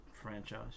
franchise